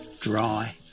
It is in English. dry